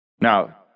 Now